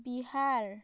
Bihar